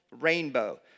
rainbow